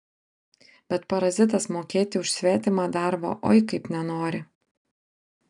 bet parazitas mokėti už svetimą darbą oi kaip nenori